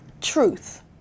truth